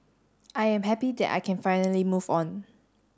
I am happy that I can finally move on